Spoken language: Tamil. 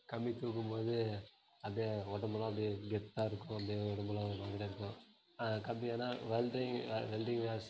கம்பி தூக்கும்போது அப்படியே உடம்புலாம் அப்படியே கெத்தாக இருக்கும் அப்படியே உடம்புலாம் ஒரு மாதிரியாக இருக்கும் கம்பியெல்லாம் வெல்டிங் வெல்டிங் வேர்ஸ்